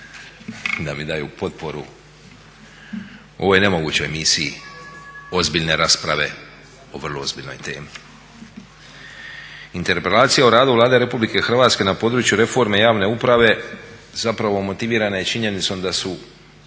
da mi daju potporu u ovoj nemogućoj misiji ozbiljne rasprave o vrlo ozbiljnoj temi. Interpelacija o radu Vlade RH na područje reforme javne uprave zapravo motivirana je činjenicom da su